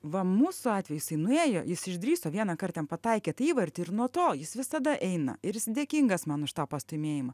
va mūsų atveju jisai nuėjo jis išdrįso vienąkart ten pataikė tą įvartį ir nuo to jis visada eina ir jis dėkingas man už tą pastūmėjimą